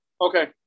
Okay